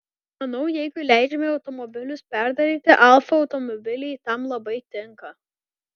manau jeigu leidžiama automobilius perdaryti alfa automobiliai tam labai tinka